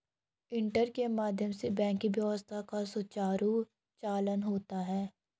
internet के माध्यम से बैंकिंग व्यवस्था का सुचारु संचालन होता है